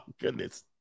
goodness